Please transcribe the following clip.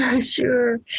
Sure